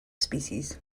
species